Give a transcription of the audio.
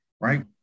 Right